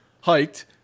hiked